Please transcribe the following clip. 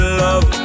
love